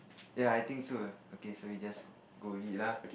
ya I think so okay so we just go with it lah